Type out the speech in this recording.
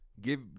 Give